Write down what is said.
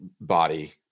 body